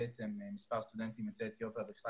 מספר הסטודנטים יוצאי אתיופיה בכלל